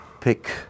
pick